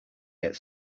get